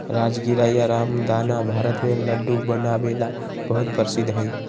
राजगीरा या रामदाना भारत में लड्डू बनावे ला बहुत प्रसिद्ध हई